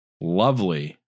lovely